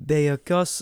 be jokios